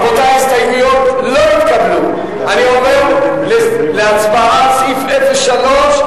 ההסתייגויות של קבוצת סיעת בל"ד לסעיף 03,